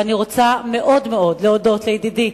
ואני רוצה מאוד מאוד להודות לידידי